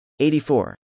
84